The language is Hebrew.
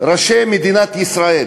ראשי מדינת ישראל,